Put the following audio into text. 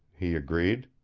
he agreed.